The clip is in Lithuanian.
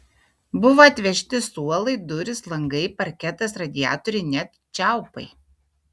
buvo atvežti suolai durys langai parketas radiatoriai net čiaupai